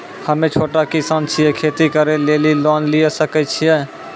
हम्मे छोटा किसान छियै, खेती करे लेली लोन लिये सकय छियै?